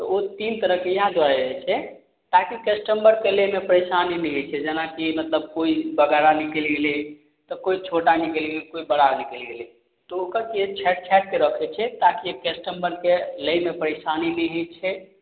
तऽ ओ तीन तरहके इएह दुआरे रहय छै ताकि कस्टमरके लैमे परेशानी नहि होइ छै जेनाकि मतलब कोइ बगारा निकलि गेलय तऽ कोइ छोटा निकलि गेलय कोइ बड़ा निकलि गेलय तऽ ओकरके छाँटि छाँटि कए रखय छियै ताकि कस्टम्मर कए लैमे परेशानी नहि होइ छै